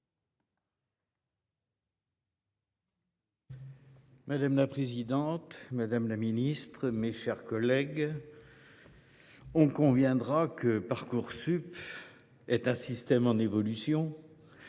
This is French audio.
Madame la présidente, madame la ministre, mes chers collègues, convenons en, Parcoursup est un système en évolution,